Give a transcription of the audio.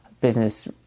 business